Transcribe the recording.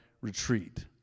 retreat